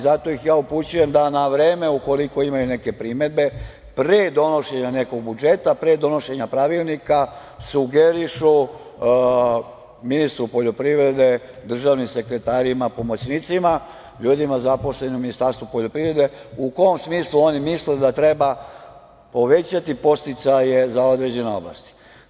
Zato ih upućujem da na vreme, ukoliko imaju neke primedbe, pre donošenja nekog budžeta, pre donošenja pravilnika, sugerišu ministru poljoprivrede, državnim sekretarima, pomoćnicima, ljudima zaposlenim u Ministarstvu poljoprivrede u kom smislu oni misle da treba povećati podsticaje za određene oblasti.